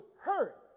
hurt